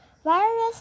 Virus